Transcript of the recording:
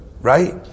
right